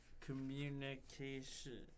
communication